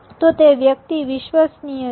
તો તે વ્યક્તિ વિશ્વસનીય છે